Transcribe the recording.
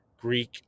Greek